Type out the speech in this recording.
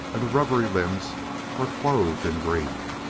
and the rubbery limbs were clothed in green,